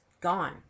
gone